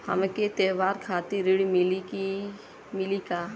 हमके त्योहार खातिर ऋण मिली का?